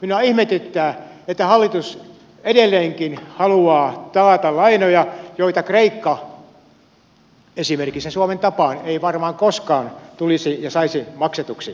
minua ihmetyttää että hallitus edelleenkin haluaa taata lainoja joita kreikka esimerkiksi suomen tapaan ei varmaan koskaan saisi maksetuksi